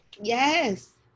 Yes